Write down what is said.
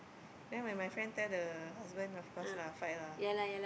then when my friend tell the husband of course lah fight lah